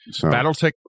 Battletech